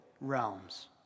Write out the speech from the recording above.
realms